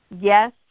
yes